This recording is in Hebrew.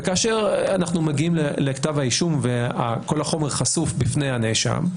כאשר אנחנו מגיעים לכתב האישום וכל החומר חשוף בפני הנאשם,